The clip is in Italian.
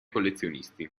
collezionisti